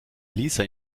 lisa